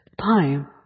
time